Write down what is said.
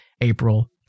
April